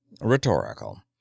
Rhetorical